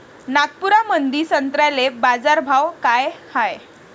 नागपुरामंदी संत्र्याले बाजारभाव काय हाय?